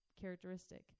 characteristic